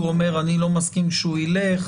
הוא אומר: אני לא מסכים שהוא ילך.